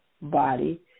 body